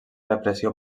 repressió